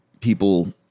people